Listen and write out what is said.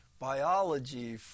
biology